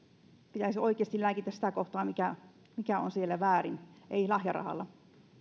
pitäisi oikeasti lääkitä sitä kohtaa mikä mikä on siellä väärin ei lahjarahalla